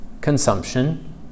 consumption